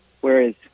whereas